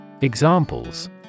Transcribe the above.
Examples